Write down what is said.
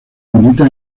milita